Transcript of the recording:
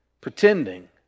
pretending